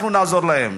אנחנו נעזור להם.